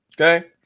Okay